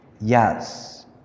yes